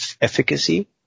efficacy